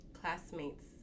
classmates